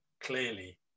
clearly